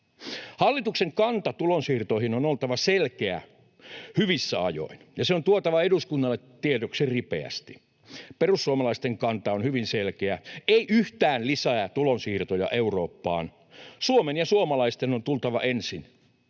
Hallituksen kannan tulonsiirtoihin on oltava selkeä hyvissä ajoin, ja se on tuotava eduskunnalle tiedoksi ripeästi. Perussuomalaisten kanta on hyvin selkeä: ei yhtään lisää tulonsiirtoja Eurooppaan — Suomen ja suomalaisten on tultava ensin.